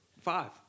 Five